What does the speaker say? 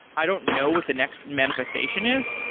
i don't know what the next manifestation is,